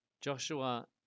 Joshua